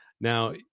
Now